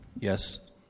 Yes